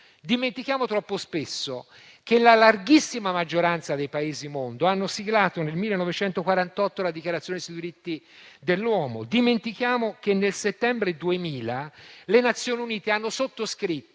Dimentichiamo troppo spesso che la larghissima maggioranza dei Paesi del mondo ha siglato nel 1948 la Dichiarazione universale dei diritti umani. Dimentichiamo che nel settembre 2000 le Nazioni Unite hanno sottoscritto